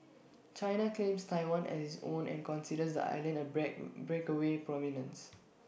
China claims Taiwan as its own and considers the island A black breakaway